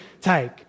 take